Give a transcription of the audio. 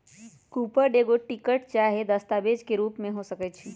coupon एगो ticket चाहे दस्तावेज के रूप में हो सकइ छै